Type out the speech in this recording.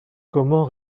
comment